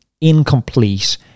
incomplete